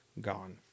gone